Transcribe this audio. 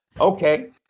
okay